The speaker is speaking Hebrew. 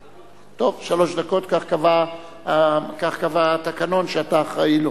טוב, שלוש דקות, כך קבע התקנון, שאתה אחראי לו.